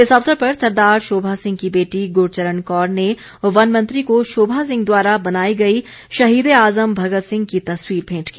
इस अवसर पर सरदार शोभा सिंह की बेटी ग्रचरण कौर ने वन मंत्री को शोभा सिंह द्वारा बनाई गई शहीद ए आजम भगत सिंह की तस्वीर भेंट की